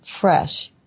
fresh